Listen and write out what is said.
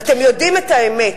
ואתם יודעים את האמת,